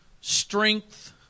strength